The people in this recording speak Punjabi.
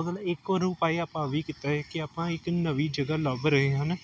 ਅਗਰ ਇੱਕ ਹੋਰ ਉਪਾਅ ਆਪਾਂ ਇਹ ਵੀ ਕੀਤਾ ਕਿ ਆਪਾਂ ਇੱਕ ਨਵੀਂ ਜਗ੍ਹਾ ਲੱਭ ਰਹੇ ਹਨ